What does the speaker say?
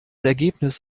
ergebnis